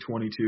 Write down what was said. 22